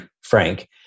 frank